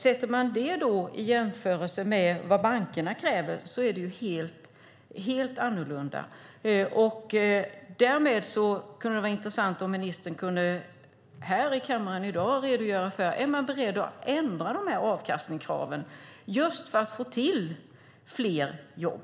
Om man jämför detta med vad bankerna kräver ser man att det är helt annorlunda. Därmed skulle det vara intressant om ministern här i kammaren i dag kunde redogöra för om man är beredd att ändra avkastningskraven just för att få till fler jobb.